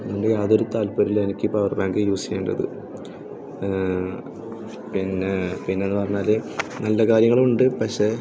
യാതൊരു താല്പര്യവുമില്ല എനിക്ക് ഈ പവർ ബാങ്ക് യൂസ് ചെയ്യുന്നത് പിന്നെ ഒന്ന് പറഞ്ഞാൽ നല്ല കാര്യങ്ങളുണ്ട് പക്ഷേ